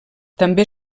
també